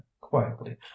quietly